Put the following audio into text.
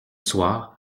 soir